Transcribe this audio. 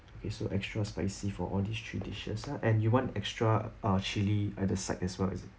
okay so extra spicy for all these three dishes lah and you want extra ah chilli at the side as well is it